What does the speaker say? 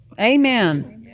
Amen